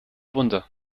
wunder